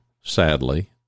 sadly